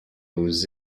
aux